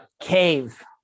cave